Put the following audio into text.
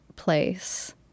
place